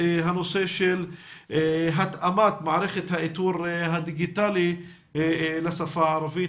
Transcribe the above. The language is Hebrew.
הנושא של התאמת מערכת האיתור הדיגיטלי לשפה הערבית,